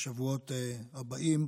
בשבועות הבאים,